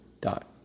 dot